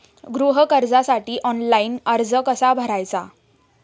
गृह कर्जासाठी ऑनलाइन अर्ज कसा भरायचा?